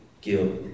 guilt